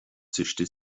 zischte